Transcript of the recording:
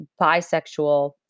bisexual